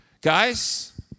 guys